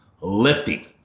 lifting